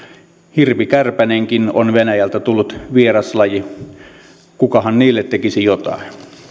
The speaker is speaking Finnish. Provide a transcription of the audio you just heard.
hirvikärpänenkin on venäjältä tullut vieraslaji kukahan niille tekisi jotain